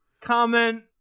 comment